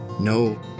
No